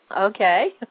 okay